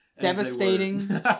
devastating